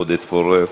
עודד פורר?